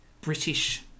British